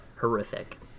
Horrific